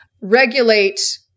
regulate